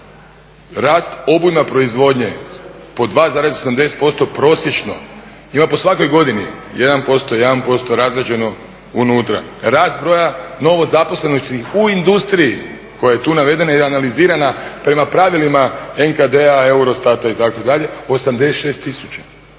Rast obujma proizvodnje pod 2,80% prosječno ima po svakoj godini 1%, 1% razrađeno unutra. Rast broja novo zaposlenosti u industriji, koja je tu navedena i analizirana, prema pravilima NKD-a, Eurostata itd. 86 tisuća.